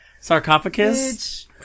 sarcophagus